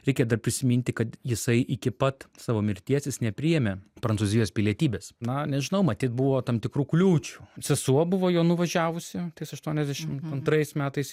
reikia dar prisiminti kad jisai iki pat savo mirties jis nepriėmė prancūzijos pilietybės na nežinau matyt buvo tam tikrų kliūčių sesuo buvo jo nuvažiavusi tais aštuoniasdešim antrais metais